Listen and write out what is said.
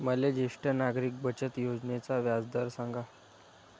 मले ज्येष्ठ नागरिक बचत योजनेचा व्याजदर सांगा